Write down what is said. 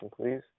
please